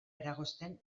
eragozten